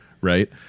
Right